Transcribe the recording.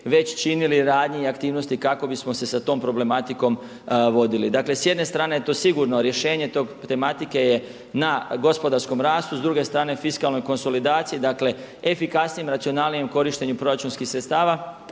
već činili ranije aktivnosti kako bismo se sa tom problematikom vodili. Dakle, s jedne strane je to sigurno rješenje te tematike je na gospodarskom rastu. S druge strane fiskalnoj konsolidaciji. Dakle, efikasnijem, racionalnijem korištenju proračunskih sredstava.